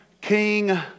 king